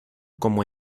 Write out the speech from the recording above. como